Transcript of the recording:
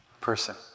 person